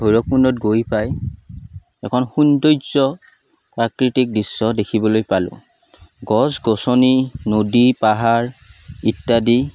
ভৈৰৱকুণ্ডত গৈ পাই এখন সৌন্দৰ্য্য প্ৰাকৃতিক দৃশ্য দেখিবল পালোঁ গছ গছনি নদী পাহাৰ ইত্যাদি